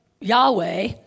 Yahweh